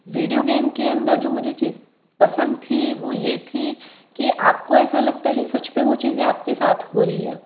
video game के अन्दर जो मुझे चीज पसंद थी वो ये थी कि आपको ऐसा लगता है कि सच में वो चीज़ें आपके साथ हो रही है